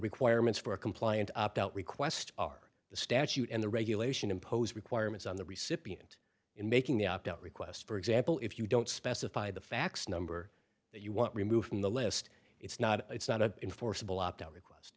requirements for a compliant opt out request are the statute and the regulation impose requirements on the recipient in making the opt out request for example if you don't specify the fax number that you want removed from the list it's not it's not an enforceable opt out request